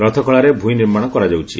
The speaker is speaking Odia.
ରଥଖଳାରେ ଭୂଇଁ ନିର୍ମାଣ କରାଯାଉଛି